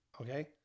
Okay